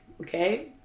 okay